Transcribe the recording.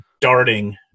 darting